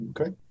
Okay